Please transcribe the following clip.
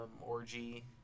orgy